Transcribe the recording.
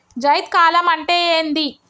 జైద్ కాలం అంటే ఏంది?